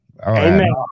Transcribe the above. Amen